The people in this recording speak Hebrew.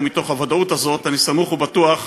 מתוך הוודאות הזאת, אני סמוך ובטוח שנדע,